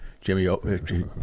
Jimmy